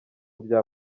bya